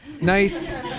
nice